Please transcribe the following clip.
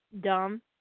Dumb